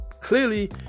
clearly